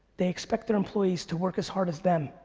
they expect their employees to work as hard as them.